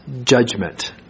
judgment